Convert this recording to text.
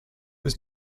was